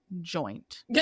joint